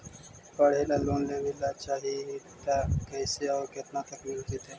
पढ़े ल लोन लेबे ल चाह ही त कैसे औ केतना तक मिल जितै?